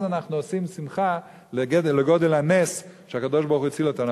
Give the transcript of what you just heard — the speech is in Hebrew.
אז אנחנו עושים שמחה על גודל הנס שהקדוש-ברוך-הוא הציל אותנו.